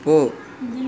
போ